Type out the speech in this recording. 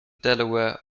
delaware